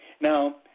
Now